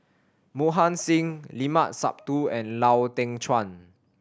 Mohan Singh Limat Sabtu and Lau Teng Chuan